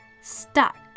Stuck